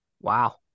Wow